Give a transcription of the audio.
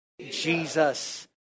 Jesus